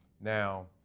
now